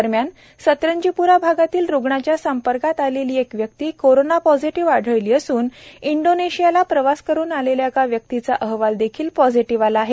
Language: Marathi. दरम्यान सतरंजीप्रा भागातील रुग्णाच्या संपर्कात आलेली एक व्यक्ती कोरोना पोजेटिव्ह आढळली असून इंदौनेशिया ला प्रवास करून आलेल्या एका व्यक्तीचा अहवाल देखील पोझेटिव्ह आला आहे